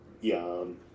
Yum